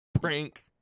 Prank